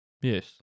Yes